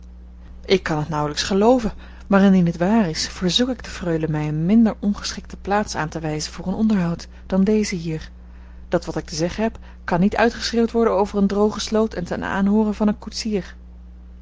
ik kan het nauwelijks gelooven maar indien het waar is verzoek ik de freule mij eene minder ongeschikte plaats aan te wijzen voor een onderhoud dan deze hier dat wat ik te zeggen heb kan niet uitgeschreeuwd worden over eene droge sloot en ten aanhoore van een koetsier